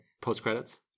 post-credits